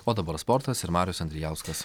o dabar sportas ir marius andrijauskas